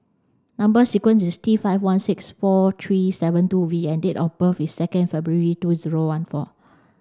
number sequence is T five one six four three seven two V and date of birth is second February two zero one four